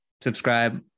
subscribe